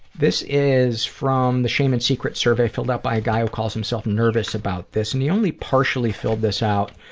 this is from the shame and secret survey, filled out by a guy who calls himself nervous about this. and he only partially filled this out.